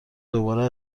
دوباره